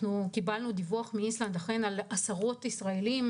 קיבלנו דיווח מאיסלנד על עשרות ישראלים,